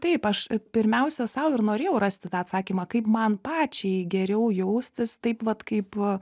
taip aš pirmiausia sau ir norėjau rasti tą atsakymą kaip man pačiai geriau jaustis taip vat kaip a